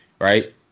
Right